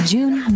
June